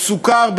או סוכר,